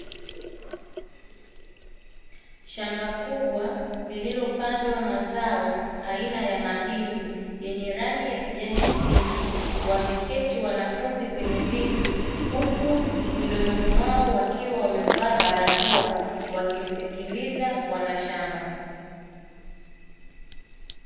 Shamba kubwa lililopandwa mazao aina ya mahindi yenye rangi ya kijani kibichi, wameketi wanafunzi kwenye viti huku midomoni mwao wakiwa wamevaa barakoa wakimsikiliza bwana Shamba.